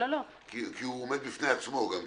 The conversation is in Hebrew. כי הוא עומד בפני עצמו.